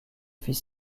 fit